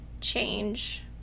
change